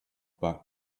back